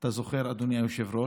אתה זוכר, אדוני היושב-ראש?